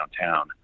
downtown